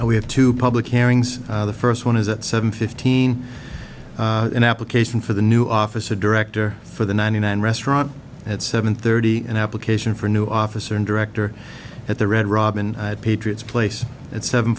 we have two public hearings the first one is at seven fifteen an application for the new office a director for the ninety nine restaurant at seven thirty an application for a new officer and director at the red robin patriots place at seven